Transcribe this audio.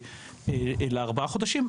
לפני כארבעה חודשים,